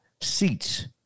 seats